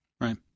Right